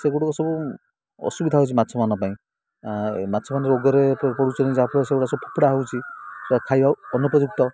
ସେଗୁଡ଼ିକ ସବୁ ଅସୁବିଧା ହେଉଛି ମାଛମାନଙ୍କ ପାଇଁ ମାଛ ମାନେ ରୋଗରେ ପଡ଼ୁଛନ୍ତି ଯାହାଫଳରେ ସେଗୁଡ଼ା ସବୁ ଫୋପଡ଼ା ହେଉଛି ସେଇଟା ଖାଇବା ଅନୁପଯୁକ୍ତ